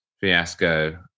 fiasco